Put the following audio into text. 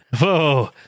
whoa